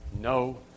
No